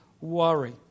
worry